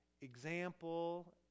example